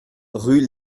rue